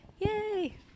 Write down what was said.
Yay